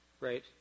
right